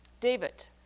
David